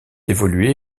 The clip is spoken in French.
évolué